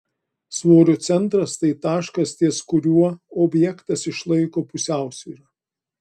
svorio centras tai taškas ties kuriuo objektas išlaiko pusiausvyrą